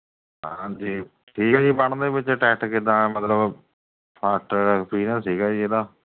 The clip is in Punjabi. ਹਾਂਜੀ ਠੀਕ ਹੈ ਜੀ ਪੜ੍ਹਨ ਦੇ ਵਿੱਚ ਟੈਸਟ ਕਿੱਦਾਂ ਮਤਲਬ ਫਸਟ ਐਕਸਪੀਰੀਐਂਸ ਸੀ ਜੀ ਇਹਦਾ